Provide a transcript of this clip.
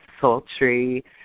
sultry